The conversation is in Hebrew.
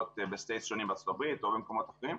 שונות בארצות הברית או במקומות אחרים.